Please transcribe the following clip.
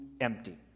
empty